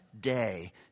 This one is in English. day